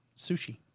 sushi